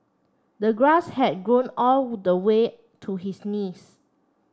the grass had grown all the way to his knees